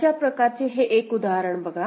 अशा प्रकारचे हे एक उदाहरण बघा